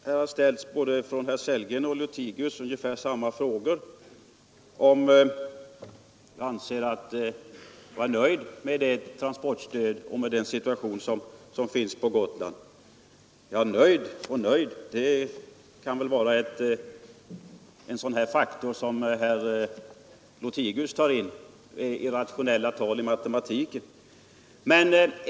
Herr talman! Herr Sellgren och herr Lothigius har ställt ungefär samma frågor. De undrar om jag är nöjd med transportstödet och med den situation som råder på Gotland. Nöjd och nöjd, det är ett begrepp som kan jämföras med sådana faktorer som herr Lothigius för in — irrationella tal i matematiken.